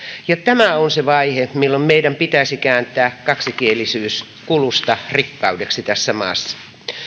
ja tämä on se vaihe milloin meidän pitäisi kääntää kaksikielisyys kulusta rikkaudeksi tässä maassa